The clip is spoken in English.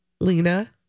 Lena